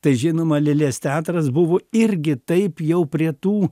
tai žinoma lėlės teatras buvo irgi taip jau prie tų